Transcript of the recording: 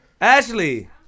Ashley